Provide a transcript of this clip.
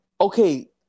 okay